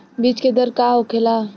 बीज के दर का होखेला?